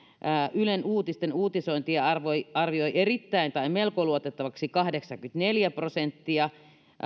ylen uutisten uutisointia arvioi arvioi erittäin tai melko luotettavaksi kahdeksankymmentäneljä prosenttia